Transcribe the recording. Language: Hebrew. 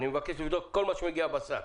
אני מבקש לבדוק כל מה שמגיע בשק